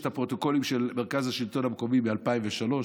יש את הפרוטוקולים של מרכז השלטון המקומי מ-2003,